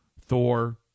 Thor